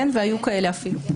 כן ואפילו היו כאלה.